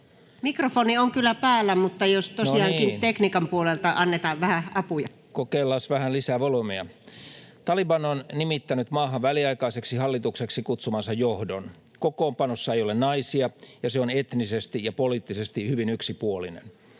ei ole mikki päällä!] — Aha. Löytyykö täältä teknistä apua tähän? No niin. Kokeillaanpas vähän lisätä volyymia. — Taliban on nimittänyt maahan väliaikaiseksi hallitukseksi kutsumansa johdon. Kokoonpanossa ei ole naisia, ja se on etnisesti ja poliittisesti hyvin yksipuolinen.